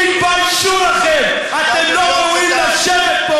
תתביישו לכם, אתה בריון.